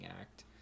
act